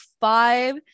five